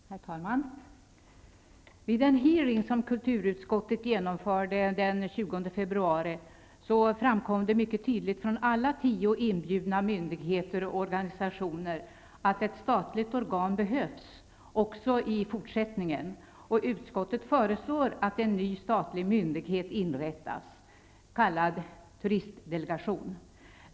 Herr talman! Vid den hearing som kulturutskottet genomförde den 20 februari framkom det mycket tydligt från alla tio inbjudna myndigheter och organisationer att ett statligt organ behövs också i fortsättningen, och utskottet föreslår att en ny statlig myndighet inrättas -- en turistdelegation.